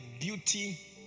beauty